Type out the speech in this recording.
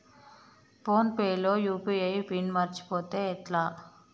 Phone pay లో UPI PIN మరచిపోతే ఎట్లా?